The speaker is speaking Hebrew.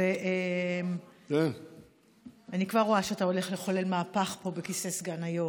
אני כבר רואה שאתה הולך לחולל פה מהפך בכיסא היו"ר.